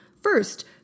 First